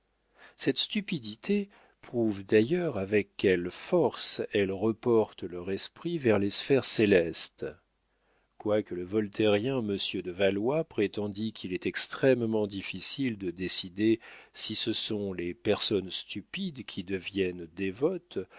cette stupidité prouve d'ailleurs avec quelle force elles reportent leur esprit vers les sphères célestes quoique le voltairien monsieur de valois prétendît qu'il est extrêmement difficile de décider si ce sont les personnes stupides qui deviennent dévotes